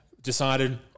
decided